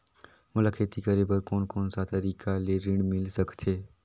मोला खेती करे बर कोन कोन सा तरीका ले ऋण मिल सकथे?